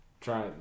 try